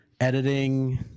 editing